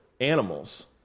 animals